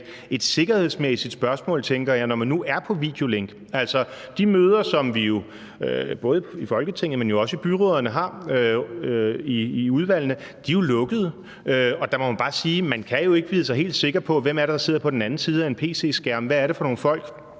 et sikkerhedsmæssigt spørgsmål, tænker jeg, når man er på videolink. Altså, de møder, som vi både i Folketinget, men også i byrådene, har i udvalgene, er jo lukkede, og der må det bare siges, at man jo altså ikke kan vide sig helt sikker på, hvem det er, der sidder på den anden side af en pc-skærm, altså hvad det er for nogle folk,